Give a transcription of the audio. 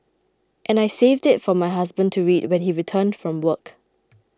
and I saved it for my husband to read when he returned from work